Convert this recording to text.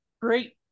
great